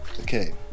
Okay